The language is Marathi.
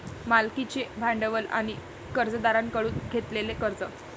मालकीचे भांडवल आणि कर्जदारांकडून घेतलेले कर्ज